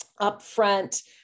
upfront